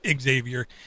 Xavier